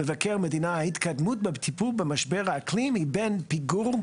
מבקר המדינה "ההתקדמות בטיפול במשבר האקלים היא בין פיגור לאפס".